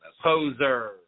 Poser